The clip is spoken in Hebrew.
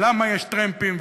יש טרמפים,